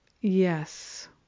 Yes